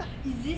is it